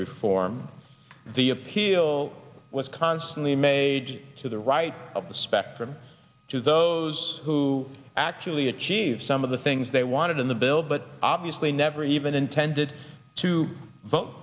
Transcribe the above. reform the appeal was constantly made to the right of the spectrum to those who actually achieve some of the things they wanted in the bill but obviously never even intended to vote